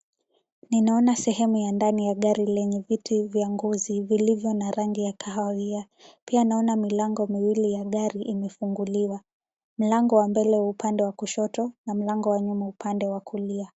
Ninaona sehemu ya ndani ya gari lenye viti vya ngozi vilivyo na rangi ya kahawia, pia naona milango miwili ya gari imefunguliwa. Mlango wa mbele wa upande wa kushoto na mlango wa nyuma wa upande wa kulia.